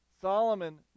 solomon